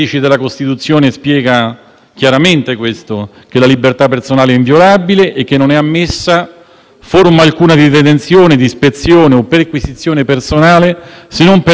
forma alcuna di detenzione, di ispezione o perquisizione personale se non per atto motivato dall'autorità giudiziaria e nei soli casi e modi previsti dalla legge.